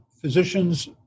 Physicians